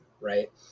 right